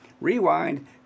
Rewind